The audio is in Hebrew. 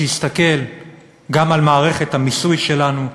שיסתכל גם על מערכת המיסוי שלנו,